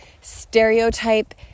stereotype